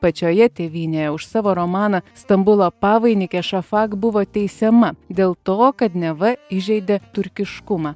pačioje tėvynėje už savo romaną stambulo pavainikė šafak buvo teisiama dėl to kad neva įžeidė turkiškumą